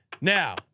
Now